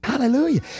Hallelujah